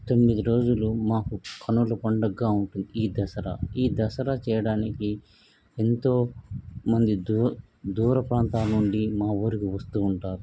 తొమ్మిది రోజులు మాకు కన్నుల పండగగా ఉంటుంది ఈ దసరా ఈ దసరా చేయడానికి ఎంతో మంది దూ దూర ప్రాంతాల నుండి మా ఊరికి వస్తూ ఉంటారు